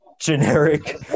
generic